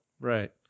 right